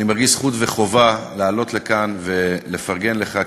אני מרגיש זכות וחובה לעלות לכאן ולפרגן לך,